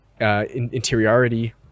interiority